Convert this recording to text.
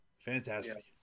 Fantastic